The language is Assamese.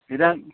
তেতিয়া